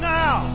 now